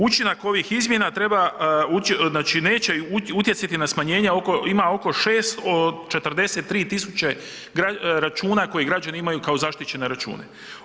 Učinak ovih izmjena treba ući, znači neće utjecati na smanjenje oko, ima oko 643 tisuće računa koji građani imaju kao zaštićene račune.